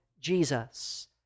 Jesus